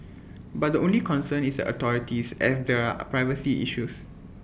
but the only concern is the authorities as there are A privacy issues